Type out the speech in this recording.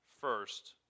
first